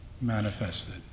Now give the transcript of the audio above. manifested